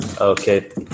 Okay